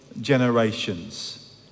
generations